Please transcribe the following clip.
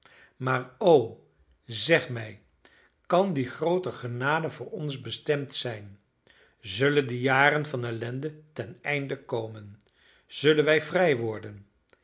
maar o zeg mij kan die groote genade voor ons bestemd zijn zullen die jaren van ellende ten einde komen zullen wij vrij worden